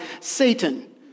Satan